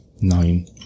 Nine